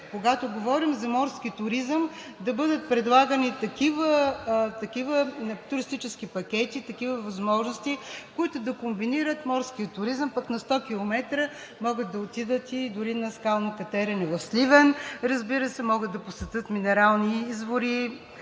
когато говорим за морски туризъм, да бъдат предлагани и такива туристически пакети, такива възможности, които да комбинират морския туризъм, пък на 100 км могат да отидат дори и на скално катерене в Сливен, разбира се, могат да посетят минерални извори